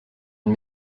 une